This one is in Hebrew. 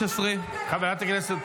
M16 ------ זה במשמרת שלכם.